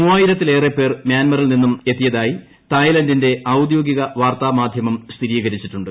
മൂവായിരത്തിലേറെപേർ മൃാൻമാറിൽ നിന്നും എത്തിയതായി തായ്ലൻഡിന്റെ ഔദ്യോഗിക വാർത്താമാധ്യമം സ്ഥിരീകരിച്ചിട്ടുണ്ട്